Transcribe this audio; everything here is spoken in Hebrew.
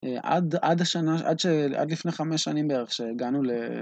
עד השנה, עד ש...לפני חמש שנים בערך, כשגענו ל...